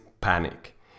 panic